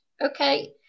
okay